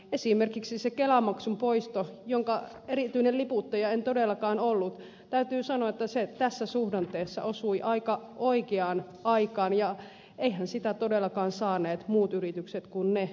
esimerkiksi se kelamaksun poisto jonka erityinen liputtaja en todellakaan ollut täytyy sanoa tässä suhdanteessa se osui aika oikeaan aikaan ja eiväthän sitä todellakaan saaneet muut yritykset kun ne jotka työllistävät